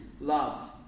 love